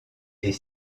est